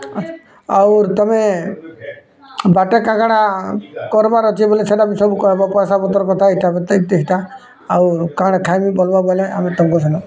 ଆଉର୍ ତମେ ବାଟରେ କାଁ କାଣା କରବାର୍ ଅଛି ବୋଲି ସେଟା ବି ସବୁ କହିବ ପଇସା ପତର୍ କଥା ଇଟା କେତେ କି ସିଟା ଆଉ କାଣା ଖାଇମି ବୋଲବ୍ ବୋଲେ ଆମେ ତମକୁ ସେନୁ